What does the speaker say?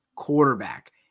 quarterback